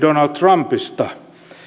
donald trumpista